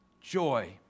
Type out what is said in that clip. joy